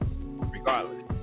regardless